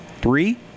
Three